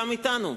שכאן אתנו,